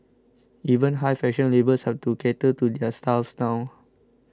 even high fashion labels have to cater to their styles now